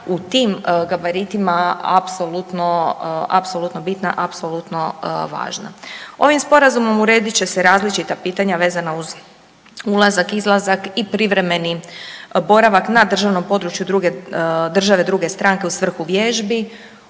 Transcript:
u tim gabaritima apsolutno bitna, apsolutno važna. Ovim sporazumom uredit će se različita pitanja vezana uz ulazak, izlazak i privremeni boravak na državnom području države druge stranke u svrhu vježbi,